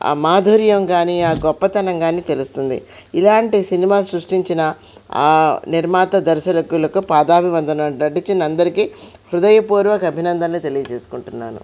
ఆ మాధుర్యం కానీ ఆ గొప్పతనం కానీ తెలుస్తుంది ఇలాంటి సినిమా సృష్టించిన ఆ నిర్మాత దర్శకులకు పాదాభి వందనం నటించిన అందరికి హృదయపూర్వక అభినందనలు తెలియ చేసుకుంటున్నాను